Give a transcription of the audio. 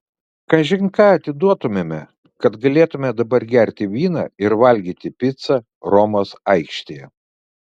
kažin ką atiduotumėme kad galėtumėme dabar gerti vyną ir valgyti picą romos aikštėje